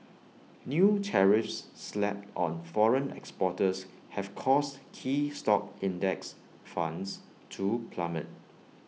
new tariffs slapped on foreign exporters have caused key stock index funds to plummet